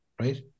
right